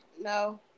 No